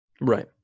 Right